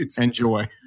enjoy